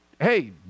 hey